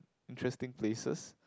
interesting places